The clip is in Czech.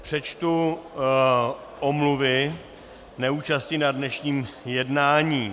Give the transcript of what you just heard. Přečtu omluvy neúčasti na dnešním jednání.